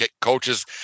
Coaches